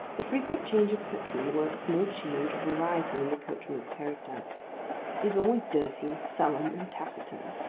the frequent change of coachmen works no change or variety in the coachman's character. he is always dirty, sullen, and taciturn.